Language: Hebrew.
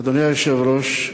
אדוני היושב-ראש,